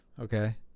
Okay